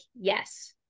yes